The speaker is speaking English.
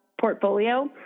portfolio